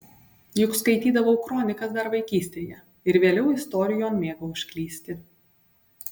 juk skaitydavau kronikas dar vaikystėje ir vėliau istorijon mėgau užklysti